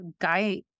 guy